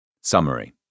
Summary